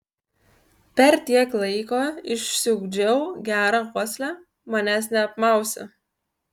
per tiek laiko išsiugdžiau gerą uoslę manęs neapmausi